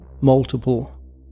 multiple